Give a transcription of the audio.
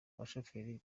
abashoferi